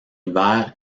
hiver